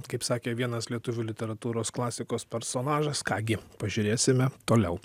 kaip sakė vienas lietuvių literatūros klasikos personažas ką gi pažiūrėsime toliau